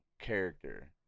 character